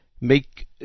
make